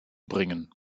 bringen